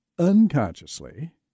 unconsciously